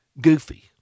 goofy